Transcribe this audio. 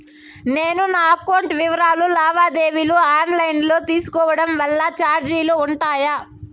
నేను నా అకౌంట్ వివరాలు లావాదేవీలు ఆన్ లైను లో తీసుకోవడం వల్ల చార్జీలు ఉంటాయా?